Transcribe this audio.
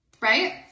Right